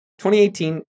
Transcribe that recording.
2018